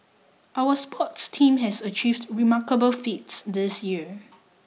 our sports teams have achieved remarkable feats this year